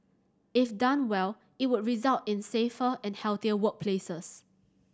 if done well it would result in safer and healthier workplaces